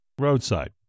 roadside